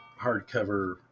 hardcover